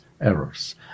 errors